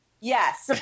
Yes